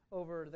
over